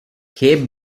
cape